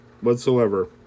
whatsoever